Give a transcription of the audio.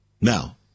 Now